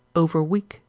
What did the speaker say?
overweak,